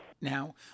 Now